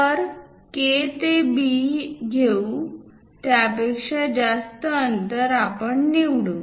तर K ते B घेऊ त्यापेक्षा जास्त अंतर आपण निवडू